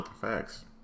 Facts